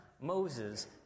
Moses